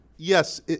Yes